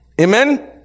Amen